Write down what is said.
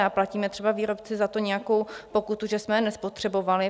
A platíme třeba výrobci za to nějakou pokutu, že jsme je nespotřebovali?